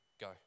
go